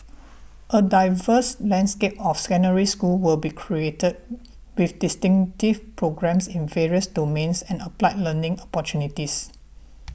a diverse landscape of Secondary Schools will be created with distinctive programmes in various domains and applied learning opportunities